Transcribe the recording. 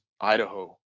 Idaho